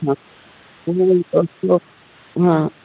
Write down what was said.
हाँ हाँ